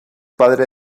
padre